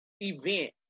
event